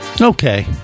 Okay